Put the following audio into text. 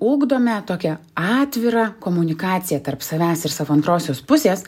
ugdome tokią atvirą komunikaciją tarp savęs ir savo antrosios pusės